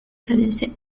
currency